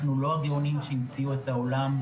אנחנו לא הגאונים שהמציאו את העולם.